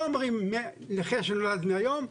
לא אומרים לנכה שנולד מהיום,